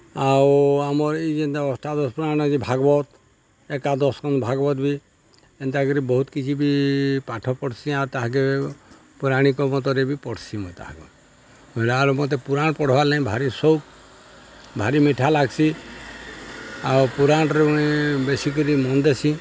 ଆଉ ଆମର ଇ ଯେନ୍ତା ଅଷ୍ଟାଦଶ ପୁରାଣ ଅଛେ ଭାଗ୍ବତ୍ ଏକାଦଶ ସ୍କନ୍ଦ ଭାଗ୍ବତ୍ ବି ଏନ୍ତାକରି ବହୁତ୍ କିଛି ବି ପାଠ ପଢ଼୍ସିଁ ଆଉ ତାହାକେ ପୌରଣିକ୍ ମତରେ ବି ପଢ଼୍ସି ମୁଇଁ ତାହାକୁ ମତେ ପୁରାଣ୍ ପଢ଼୍ବାର୍ ଲଁ ଭାରି ସଉକ୍ ଭାରି ମିଠା ଲାଗ୍ସି ଆଉ ପୁରାଣ୍ରେ ମୁଇଁ ବେଶୀକରି ମନ୍ ଦେସି